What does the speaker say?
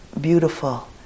beautiful